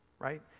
right